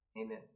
Amen